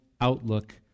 outlook